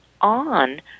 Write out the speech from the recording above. on